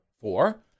Four